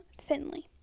Finley